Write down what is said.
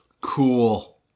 Cool